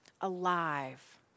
alive